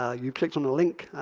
ah you've clicked on the link,